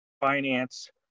finance